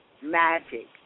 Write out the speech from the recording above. magic